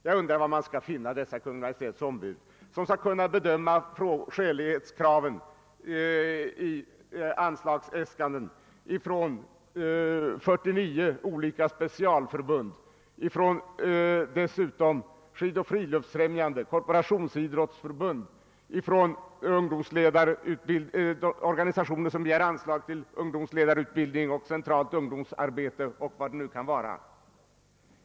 Jag undrar var man skall finna dessa Kungl. Maj:ts ombud, eftersom de skall kunna bedöma skälighetskraven i anslagsäskanden från 49 olika specialförbund och dessutom från Skidoch friluftsfrämjandet, Korporationsidrottsförbundet, skytteförbunden och organisationer som ger anslag till ungdomsledarutbildning, centralt ungdomsarbete m.m.